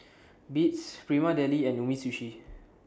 Beats Prima Deli and Umisushi